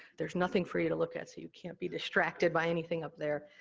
there's nothing for you to look at, so you can't be distracted by anything up there.